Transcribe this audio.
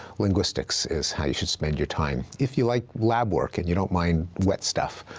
linguistics is how you should spend your time. if you like lab work and you don't mind wet stuff,